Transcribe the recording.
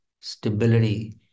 stability